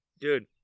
Dude